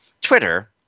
Twitter